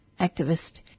activist